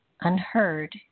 unheard